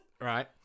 right